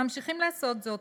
ממשיכים לעשות זאת.